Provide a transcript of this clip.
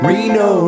Reno